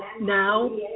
Now